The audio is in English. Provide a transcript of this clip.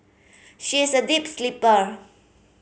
she is a deep sleeper